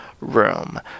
room